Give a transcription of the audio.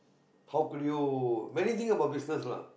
how could you many thing about business lah